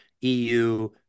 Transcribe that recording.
EU